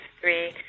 three